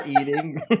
eating